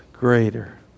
Greater